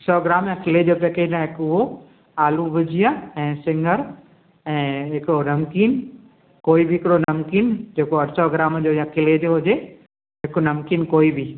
सौ ग्राम न किले जो पैकेट ऐं हिकु उहो आलू भुजिया ऐं सिङर ऐं हिकिड़ो नमकीन कोई बि हिकिड़ो नमकीन जेको अठ सौ ग्राम जो या किले जो हुजे हिकु नमकीन कोई बि